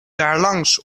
daarlangs